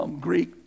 Greek